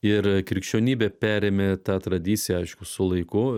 ir krikščionybė perėmė tą tradiciją aišku su laiku